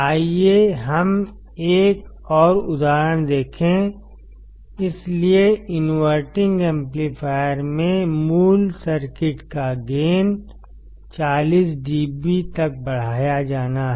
आइए हम एक और उदाहरण देखें इसलिए इनवर्टिंग एम्पलीफायर में मूल सर्किट का गेन 40 DB तक बढ़ाया जाना है